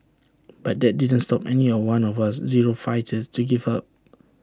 but that didn't stop any of one of us zero fighters to give up